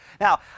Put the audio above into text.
Now